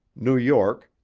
new york,